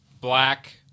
black